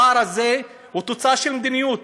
הפער הזה הוא תוצאה של מדיניות.